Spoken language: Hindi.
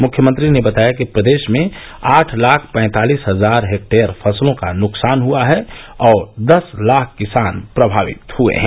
मुख्यमंत्री ने बताया कि प्रदेश में आठ लाख पैंतालिस हजार हेक्टेयर फसलों का नुकसान हुआ है और दस लाख किसान प्रभावित हुये हैं